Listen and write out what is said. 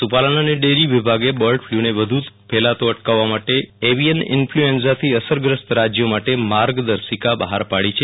પશુપાલન અને ડેરી વિભાગે બર્ડ ફલુને વધુ ફેલાવો અટકાવવા માટે અવિઅશન ઈન્ફલુએન્ઝાથી અસરગ્રસ્ત રાજયો માટે માર્ગદર્શિકા બહાર પાડી છે